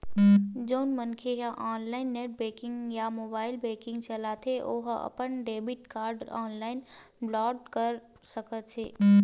जउन मनखे ह ऑनलाईन नेट बेंकिंग या मोबाईल बेंकिंग चलाथे ओ ह अपन डेबिट कारड ऑनलाईन ब्लॉक कर सकत हे